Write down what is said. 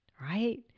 right